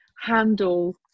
handle